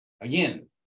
Again